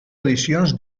edicions